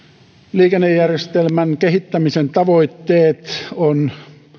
liikennejärjestelmän kehittämisen tavoitteet on